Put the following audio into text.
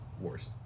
Worst